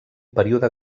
període